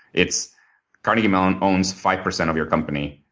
it's carnegie mellon owns five percent of your company,